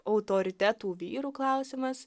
autoritetų vyrų klausimas